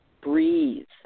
Breathe